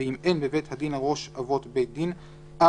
ואם אין בבית הדין ראש אבות בית דין - אב